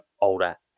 older